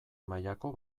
mailako